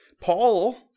Paul